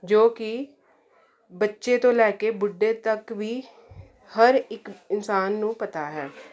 ਜੋ ਕਿ ਬੱਚੇ ਤੋਂ ਲੈ ਕੇ ਬੁੱਢੇ ਤੱਕ ਵੀ ਹਰ ਇੱਕ ਇਨਸਾਨ ਨੂੰ ਪਤਾ ਹੈ